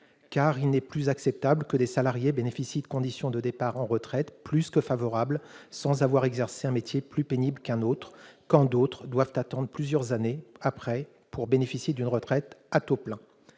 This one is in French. car il n'est plus acceptable que des salariés bénéficient de conditions de départ en retraite plus que favorables sans avoir exercé un métier plus pénible qu'un autre, quand d'autres doivent attendre plusieurs années supplémentaires pour accéder à une retraite à taux plein.